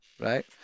right